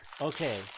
okay